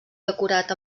decorat